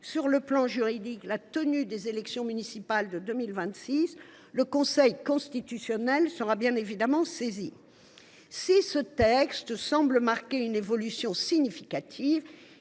sur le plan juridique la tenue des élections municipales de 2026, le Conseil constitutionnel sera bien évidemment saisi. Si ce texte semble marquer une évolution significative,